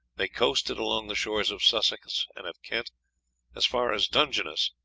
they coasted along the shores of sussex and of kent as far as dungeness,